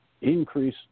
increase